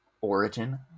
origin